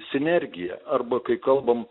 sinergija arba kai kalbame